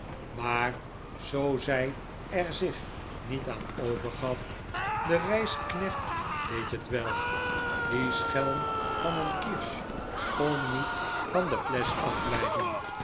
maar zoo zij er zich niet aan overgaf de reisknecht deed het wel die schelm van een kirsch kon niet van de flesch